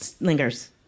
lingers